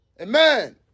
Amen